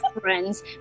friends